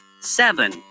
seven